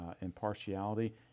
impartiality